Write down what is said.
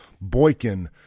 Boykin